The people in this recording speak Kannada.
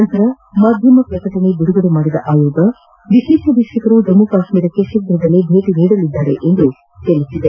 ಬಳಿಕ ಮಾಧ್ಯಮ ಪ್ರಕಟಣೆ ಬಿಡುಗಡೆ ಮಾಡಿದ ಆಯೋಗ ವಿಶೇಷ ವೀಕ್ಷಕರು ಜಮ್ಮು ಕಾಶ್ಮೀರಕ್ಕೆ ಶೀಘ್ರ ಭೇಟಿ ನೀಡಲಿದ್ದಾರೆ ಎಂದರು